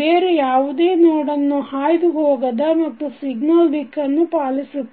ಬೇರೆ ಯಾವುದೇ ನೋಡನ್ನು ಹಾಯ್ದು ಹೋಗದ ಮತ್ತು ಸಿಗ್ನಲ್ ದಿಕ್ಕನ್ನು ಪಾಲಿಸುತ್ತವೆ